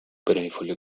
perennifolio